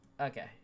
Okay